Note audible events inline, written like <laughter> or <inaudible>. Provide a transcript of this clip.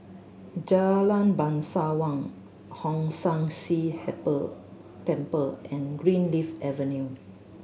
Jalan Bangsawan Hong San See <unintelligible> Temple and Greenleaf Avenue